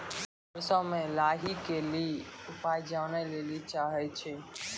सरसों मे लाही के ली उपाय जाने लैली चाहे छी?